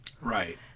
Right